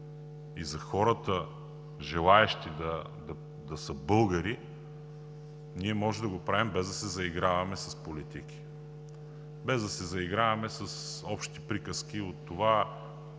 и за хората, желаещи да са българи, ние можем да го правим, без да се заиграваме с политики, без да се заиграваме с общи приказки от това